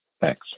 thanks